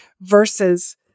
versus